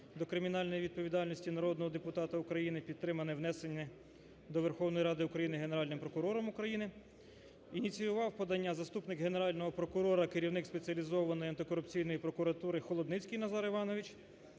до кримінальної відповідальності народного депутата України, підтримане внесене до Верховної Ради України Генеральним прокурором України. Ініціював подання заступник Генерального прокурора - керівник Спеціалізованої антикорупційної прокуратури Холодницький Назар Іванович.